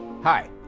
Hi